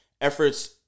efforts